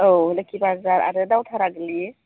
औ लोखि बाजार आरो दावथारा गोग्लैयो